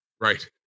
Right